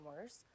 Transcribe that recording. worse